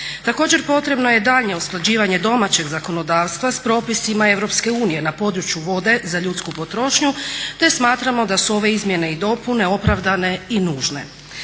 Također potrebno je daljnje usklađivanje domaćeg zakonodavstva s propisima EU na području vode za ljudsku potrošnju, te smatramo da su ove izmjene i dopune opravdane i nužne.